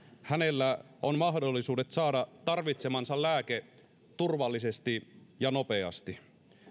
hänellä on mahdollisuudet saada tarvitsemansa lääke turvallisesti ja nopeasti